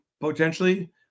potentially